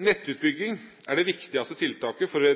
Nettutbygging er det viktigste tiltaket for å